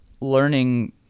learning